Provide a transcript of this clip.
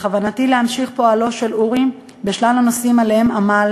בכוונתי להמשיך פועלו של אורי בשלל הנושאים שעליהם עמל